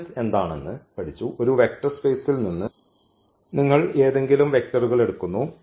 SPAN എന്താണെന്ന് ഒരു vector സ്പേസിൽ നിന്ന് നിങ്ങൾ ഏതെങ്കിലും വെക്റ്ററുകൾ എടുക്കുന്നു